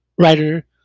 writer